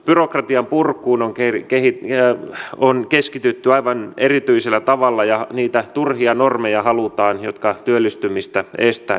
byrokratian purkuun on keskitytty aivan erityisellä tavalla ja niitä turhia normeja halutaan jotka työllistymistä estävät purkaa